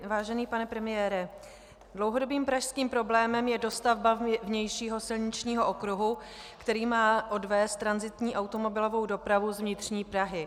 Vážený pane premiére, dlouhodobým pražským problémem je dostavba vnějšího silničního okruhu, který má odvést tranzitní automobilovou dopravu z vnitřní Prahy.